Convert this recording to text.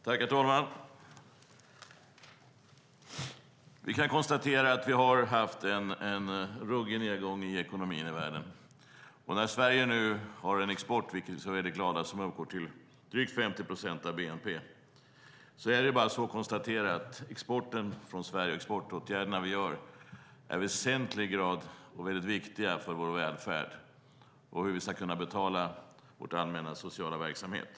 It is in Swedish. Herr talman! Vi kan konstatera att det har varit en ruggig nedgång i ekonomin i världen. När Sverige nu har en export som uppgår till drygt 50 procent av bnp - vilket vi är glada för - är det bara att konstatera att åtgärderna som vidtas för exporten är i väsentlig grad viktiga för vår välfärd och för att kunna betala vår allmänna sociala verksamhet.